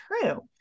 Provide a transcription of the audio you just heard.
true